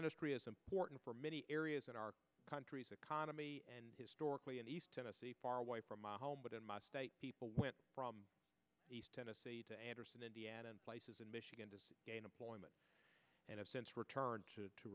industry is important for many areas in our country's economy and historically in east tennessee far away from my home but in my state people went from east tennessee to anderson indiana and places in michigan to gain employment and have since returned to to